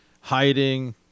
hiding